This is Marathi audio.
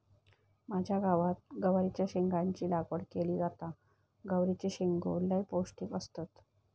माझ्या गावात गवारीच्या शेंगाची लागवड केली जाता, गवारीचे शेंगो लय पौष्टिक असतत